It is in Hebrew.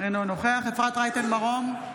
אינו נוכח אפרת רייטן מרום,